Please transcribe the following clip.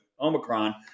omicron